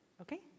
okay